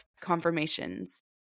confirmations